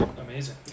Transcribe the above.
amazing